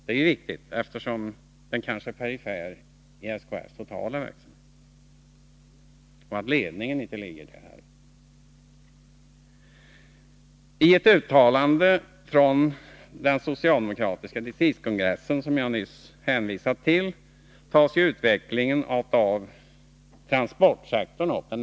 Det är en viktig fråga, eftersom denna verksamhet är perifer i bolagets totala rörelse och eftersom bolagets ledning inte ligger inom orten. I det uttalande från den socialdemokratiska distriktskongressen som jag nyss hänvisat till nämns frågan om utveckling av transportsektorn.